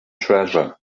treasure